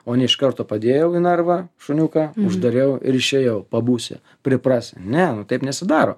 o ne iš karto padėjau į narvą šuniuką uždariau ir išėjau pabūsi priprasi ne nu taip nesidaro